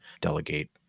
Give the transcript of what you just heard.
delegate